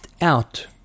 out